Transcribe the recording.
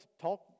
talk